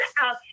out